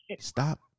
Stop